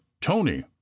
Tony